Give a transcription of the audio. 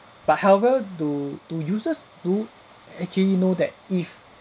but however do do users do actually know that if